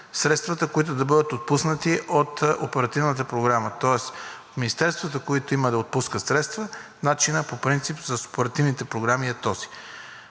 средствата, които да бъдат отпуснати от Оперативната програма. Тоест министерствата, които има да отпускат средства, начинът по принцип с оперативните програми е този.